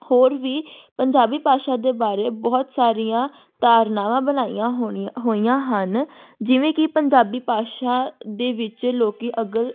ਹੋਰ ਵੀ ਪੰਜਾਬੀ ਭਾਸ਼ਾ ਦੇ ਬਾਰੇ ਬਹੁਤ ਸਾਰੀਆਂ ਧਾਰਨਾਵਾਂ ਬਣਾਈਆਂ ਹੋਣੀਆ ਹੋਈਆਂ ਹਨ ਜਿਵੇਂ ਕਿ ਪੰਜਾਬੀ ਭਾਸ਼ਾ ਦੇ ਵਿੱਚ ਲੋਕ ਅਗਰ